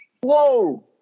Whoa